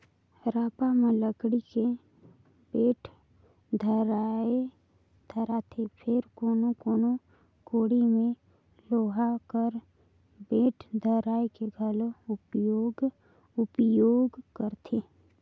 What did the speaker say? रापा म लकड़ी के बेठ धराएथे फेर कोनो कोनो कोड़ी मे लोहा कर बेठ धराए के घलो उपियोग करथे